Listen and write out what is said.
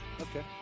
Okay